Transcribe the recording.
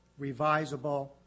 revisable